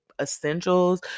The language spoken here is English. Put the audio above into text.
essentials